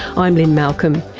i'm lynne malcolm.